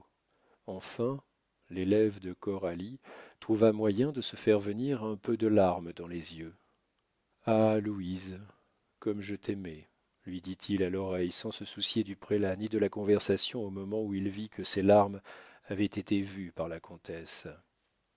enfin l'élève de coralie trouva moyen de se faire venir un peu de larmes dans les yeux ah louise comme je t'aimais lui dit-il à l'oreille sans se soucier du prélat ni de la conversation au moment où il vit que ses larmes avaient été vues par la comtesse